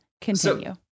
continue